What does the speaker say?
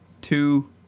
two